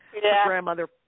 grandmother